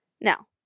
Now